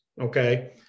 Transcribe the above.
Okay